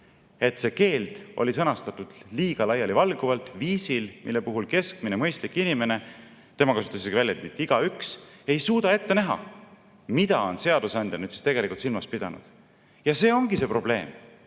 et see keeld oli sõnastatud liiga laialivalguvalt, viisil, mille puhul keskmine mõistlik inimene – tema kasutas isegi sõna "igaüks" – ei suuda ette näha, mida on seadusandja tegelikult silmas pidanud. Ja see ongi see probleem!